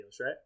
right